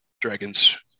dragons